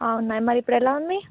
ఆ మరి ఇప్పుడు ఎలా ఉంది